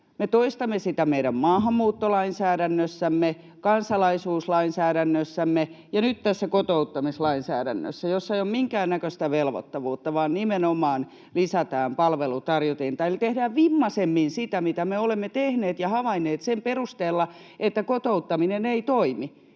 Me toistamme sitä meidän maahanmuuttolainsäädännössämme, kansalaisuuslainsäädännössämme ja nyt tässä kotouttamislainsäädännössä, jossa ei ole minkäännäköistä velvoittavuutta vaan nimenomaan lisätään palvelutarjotinta, eli tehdään vimmaisemmin sitä, mitä me olemme tehneet ja havainneet sen perusteella, että kotouttaminen ei toimi.